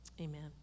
Amen